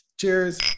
cheers